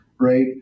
right